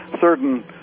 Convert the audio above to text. Certain